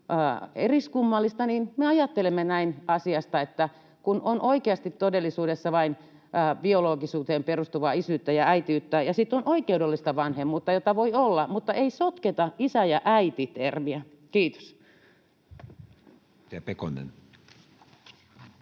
eriskummallista, niin me ajattelemme asiasta näin, että on oikeasti todellisuudessa vain biologisuuteen perustuvaa isyyttä ja äitiyttä ja sitten on oikeudellista vanhemmuutta, jota voi olla, mutta ei sotketa isä- ja äiti-termiä. — Kiitos.